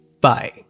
Bye